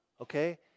Okay